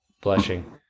blushing